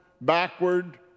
backward